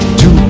Two